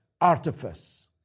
artifice